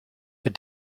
but